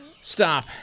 stop